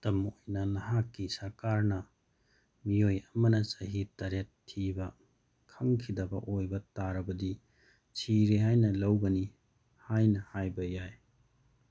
ꯈꯨꯗꯝ ꯑꯣꯏꯅ ꯅꯍꯥꯛꯀꯤ ꯁꯔꯀꯥꯔꯅ ꯃꯤꯑꯣꯏ ꯑꯃꯅ ꯆꯍꯤ ꯇꯔꯦꯠ ꯊꯤꯕ ꯈꯪꯈꯤꯗꯕ ꯑꯣꯏꯕ ꯇꯥꯔꯕꯗꯤ ꯁꯤꯔꯦ ꯍꯥꯏꯅ ꯂꯧꯒꯅꯤ ꯍꯥꯏꯅ ꯍꯥꯏꯕ ꯌꯥꯏ